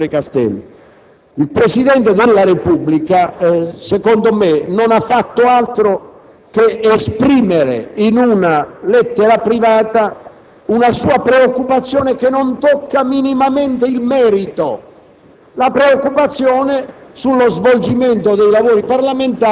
Per quanto riguarda poi l'intervento del senatore Castelli, il Presidente della Repubblica, secondo me, non ha fatto altro che esprimere in una lettera privata una sua preoccupazione che non tocca minimamente il merito: